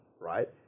right